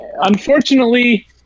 unfortunately